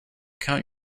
count